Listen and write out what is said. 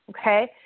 okay